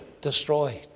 destroyed